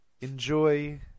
enjoy